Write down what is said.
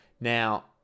Now